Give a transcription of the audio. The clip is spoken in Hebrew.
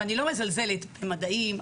ואני לא מזלזלת במדעים,